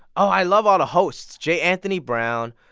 i love all of hosts j. anthony brown,